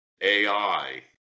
AI